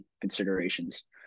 considerations